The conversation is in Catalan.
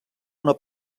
una